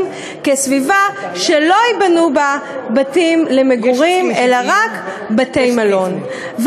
כסביבה שלא ייבנו בה בתים למגורים אלא רק בתי-מלון.